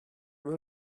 some